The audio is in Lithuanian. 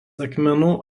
akmenų